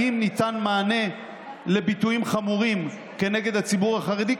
אם ניתן מענה לביטויים חמורים נגד הציבור החרדי,